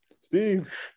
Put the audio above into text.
Steve